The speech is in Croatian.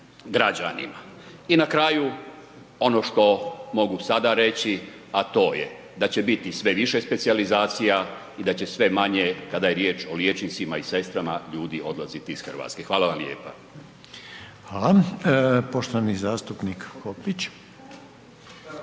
i na kraju ono što mogu sada reći, a to je da će biti sve više specijalizacija i da će sve manje, kada je riječ o liječnicima i sestrama, ljudi odlaziti iz RH. Hvala vam lijepa. **Reiner, Željko (HDZ)** Hvala.